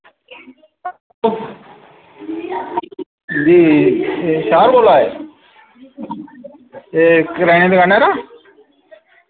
जी शाह् और बोला दे ए करैने दी दुकाना दा